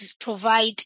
provide